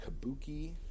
Kabuki